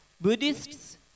Buddhists